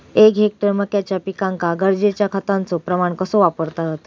एक हेक्टर मक्याच्या पिकांका गरजेच्या खतांचो प्रमाण कसो वापरतत?